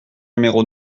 numéro